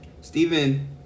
Stephen